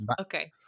Okay